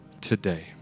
today